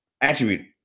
attribute